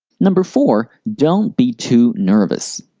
number four don't be too nervous.